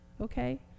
okay